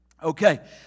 Okay